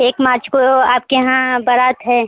एक मार्च को आपके यहाँ बारात है